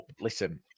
Listen